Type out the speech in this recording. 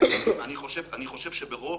אני חושב שברוב